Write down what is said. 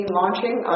launching